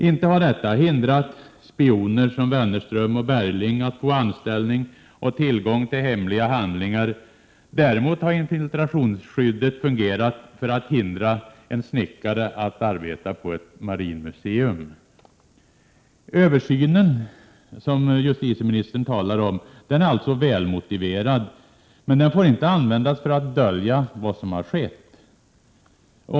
Det har inte hindrat spioner som Wennerström och Bergling att få anställning och tillgång till hemliga handlingar. Däremot har infiltrationsskyddet fungerat för att hindra en snickare att arbeta på ett marinmuseum. Översynen som justitieministern talade om är alltså välmotiverad. Men den får inte användas för att dölja vad som skett.